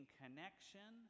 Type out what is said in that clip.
connection